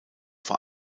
vor